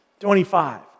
25